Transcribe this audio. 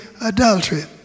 adultery